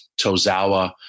Tozawa